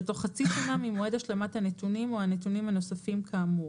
בתוך חצי שנה ממועד השלמת הנתונים או הנתונים הנוספים כאמור.